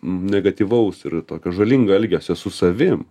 negatyvaus ir tokio žalingo elgesio su savim